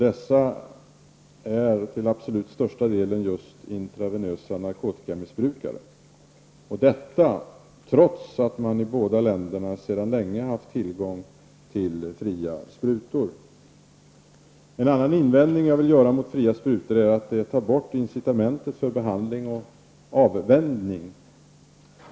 Dessa är till absolut största delen just intravenösa narkotikamissbrukare. Detta är alltså fallet trots att man i båda länderna sedan länge har haft tillgång till fria sprutor. En annan invändning jag vill göra mot fria sprutor är att de tar bort incitamentet för behandling och avvänjning.